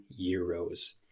euros